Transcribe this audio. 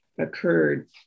occurred